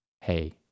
hey